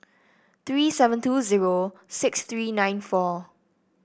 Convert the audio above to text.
three seven two zero six three nine four